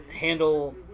handle